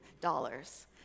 dollars